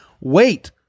wait